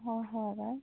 হয় হয় পাই